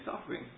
suffering